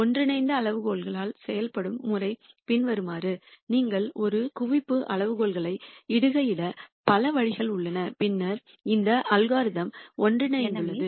ஒன்றிணைந்த அளவுகோல்கள் செயல்படும் முறை பின்வருமாறு நீங்கள் ஒரு குவிப்பு அளவுகோல்களை இடுகையிட பல வழிகள் உள்ளன பின்னர் இந்த அல்காரிதம் ஒன்றிணைந்துள்ளது என்று சொல்லலாம்